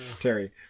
Terry